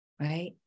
Right